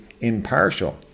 impartial